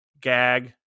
gag